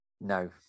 no